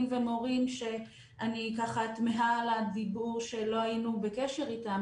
ומורים שאני ככה תמיהה על דיבור שלא היינו בקשר איתם,